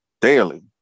daily